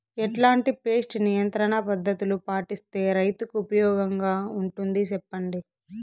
ఎట్లాంటి పెస్ట్ నియంత్రణ పద్ధతులు పాటిస్తే, రైతుకు ఉపయోగంగా ఉంటుంది సెప్పండి?